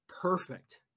perfect